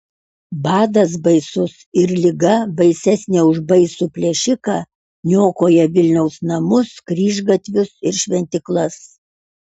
badas baisus ir liga baisesnė už baisų plėšiką niokoja vilniaus namus kryžgatvius ir šventyklas